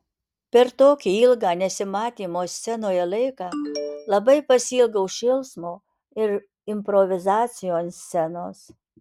per tokį ilgą nesimatymo scenoje laiką labai pasiilgau šėlsmo ir improvizacijų ant scenos